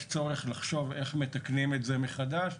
יש צורך לחשוב איך מתקנים את זה מחדש,